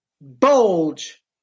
bulge